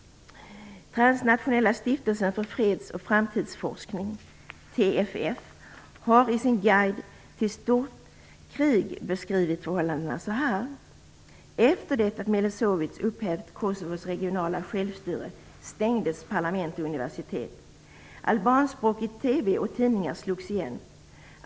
Transnationella stiftelsen för freds och framtidsforskning, TFF, har i sin guide till stort krig beskrivit förhållandena på följande sätt: Efter det att Milosevic upphävt Kosovos regionala självstyre stängdes parlament och universitet. Albanskspråkig TV och albanskspråkiga tidningar slogs igen.